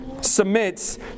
submits